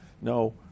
no